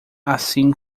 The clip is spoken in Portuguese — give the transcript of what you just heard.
assim